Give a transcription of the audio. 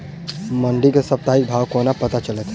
मंडी केँ साप्ताहिक भाव कोना पत्ता चलतै?